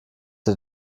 der